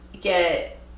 get